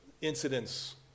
incidents